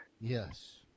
Yes